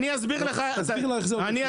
אנחנו